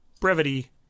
brevity